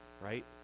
Right